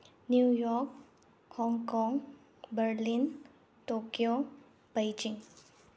New York Hong Kong Berlin Tokyo Beijing